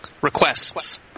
requests